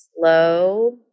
slow